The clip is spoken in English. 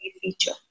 feature